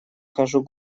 хожу